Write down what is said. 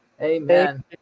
Amen